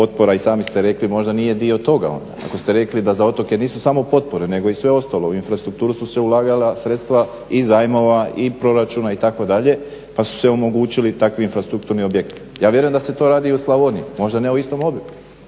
i sami ste rekli možda nije dio toga, ako ste rekli da za otoke nisu samo potpore nego i sve ostalo, u infrastrukturu su se ulagala sredstva iz zajmova i proračuna itd. pa su se omogućili takvi infrastrukturni objekti. Ja vjerujem da se to radi i u Slavoniji, možda ne u istom obimu,